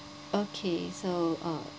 okay so uh